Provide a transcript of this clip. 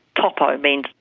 topo means,